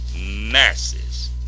masses